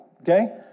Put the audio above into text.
Okay